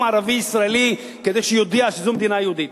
ערבי-ישראלי כדי שיודיע שזאת מדינה יהודית.